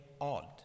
odd